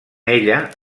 ella